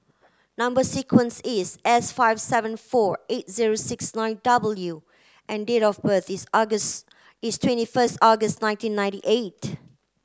number sequence is S five seven four eight zero six nine W and date of birth is August is twenty first August nineteen ninety eight